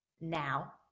now